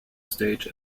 stage